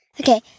Okay